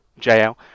jl